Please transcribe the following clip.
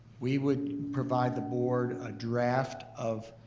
we would provide the board a draft of